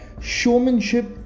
showmanship